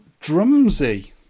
Drumsy